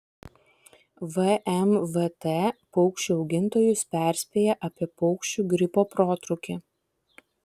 vmvt paukščių augintojus perspėja apie paukščių gripo protrūkį